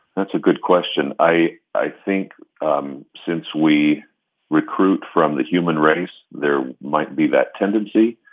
that's a good question. i i think um since we recruit from the human race, there might be that tendency.